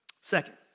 Second